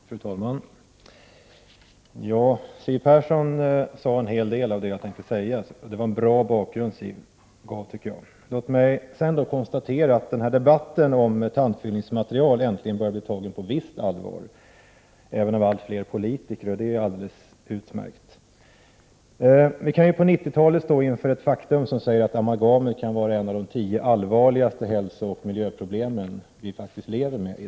Fru talman! Siw Persson sade en hel del av det som jag hade tänkt säga. Jag tycker att det var en bra bakgrund som Siw Persson gav. Låt mig först konstatera att debatten om tandfyllnadsmaterial äntligen börjar bli tagen på visst allvar även av allt fler politiker. Det är utmärkt. Vi kan på 1990-talet stå inför faktum, som säger att amalgamet kan vara ett av de tio allvarligaste hälsooch miljöproblem som vi lever med.